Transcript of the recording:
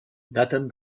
daten